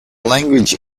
language